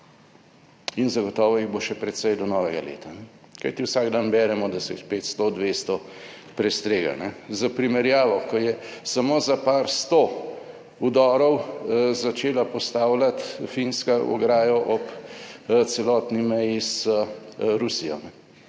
in zagotovo jih bo še precej do novega leta, kajti vsak dan beremo, da se jih 500, 200 prestregli. Za primerjavo, ko je samo za par sto vdorov začela postavljati Finska ograjo ob celotni meji z Rusijo.